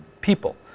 people